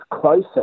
closer